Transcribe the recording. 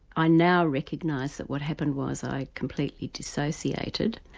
i now recognise that what happened was i complete dissociated.